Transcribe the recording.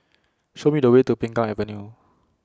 Show Me The Way to Peng Kang Avenue